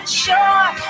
sure